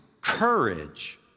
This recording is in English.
courage